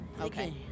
Okay